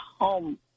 home